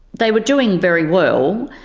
they were doing very well.